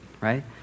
right